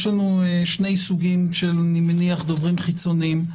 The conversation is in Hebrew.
יש לנו שני סוגים של דוברים חיצוניים,